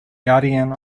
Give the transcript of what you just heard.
guardian